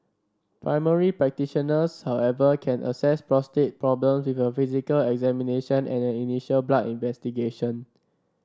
primary practitioners however can assess prostate problems with a physical examination and an initial blood investigation